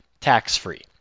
tax-free